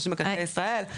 רשות מקרקעי ישראל,